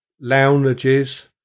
lounges